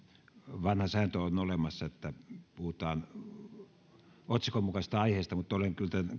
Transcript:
vanha sääntö on olemassa että puhutaan otsikon mukaisesta aiheesta mutta olen kyllä